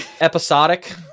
Episodic